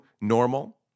normal